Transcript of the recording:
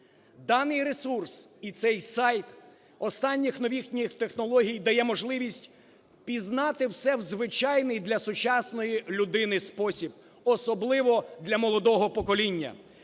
Даний ресурс і цей сайт останніх новітніх технологій дає можливість пізнати все в звичайний для сучасної людини спосіб, особливо для молодого покоління,